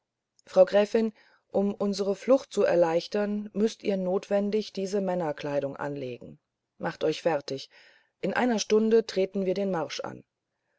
frau gräfin um unsere flucht zu erleichtern müßt ihr notwendig diese männerkleidung anlegen machet euch fertig in einer stunde treten wir den marsch an